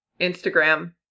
Instagram